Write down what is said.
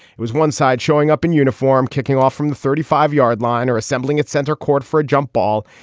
it was one side showing up in uniform, kicking off from the thirty five yard line or assembling at center court for a jump ball.